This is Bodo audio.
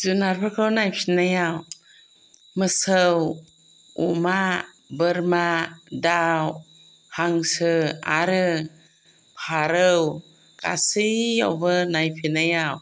जुनारफोरखौ नायफिननायाव मोसौ अमा बोरमा दाउ हांसो आरो फारौ गासैआवबो नायफैनायाव